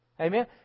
Amen